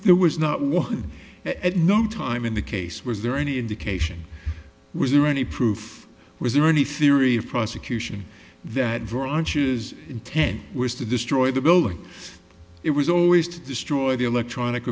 there was not one at no time in the case was there any indication was there any proof was there any theory of prosecution that braunches intent was to destroy the building it was always to destroy the electronic